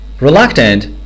Reluctant